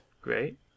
great